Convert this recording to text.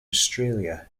australia